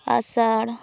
ᱟᱥᱟᱲ